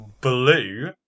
blue